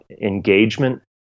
engagement